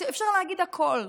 אפשר להגיד הכול,